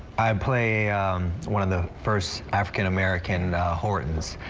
i play i'm one of the first african american now horns,